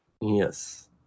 Yes